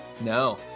No